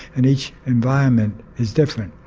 and each environment is different.